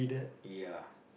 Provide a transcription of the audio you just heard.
ya